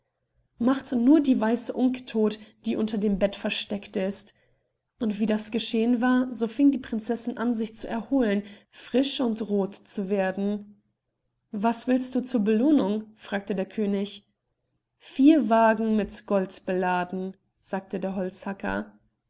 macht nur die weiße unke todt die unter dem bett versteckt ist und wie das geschehen war so fing die prinzessin an sich zu erholen frisch und roth zu werden was willst du zur belohnung fragte der könig vier wagen mit gold beladen sagte der holzhacker